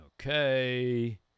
Okay